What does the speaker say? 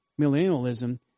millennialism